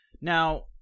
now